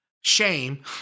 shame